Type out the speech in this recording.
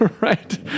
right